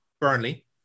Burnley